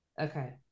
Okay